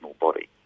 body